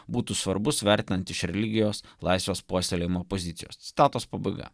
būtų svarbus vertinant iš religijos laisvės puoselėjimo pozicijos citatos pabaiga